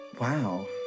Wow